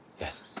Yes